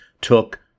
took